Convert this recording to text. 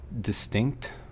distinct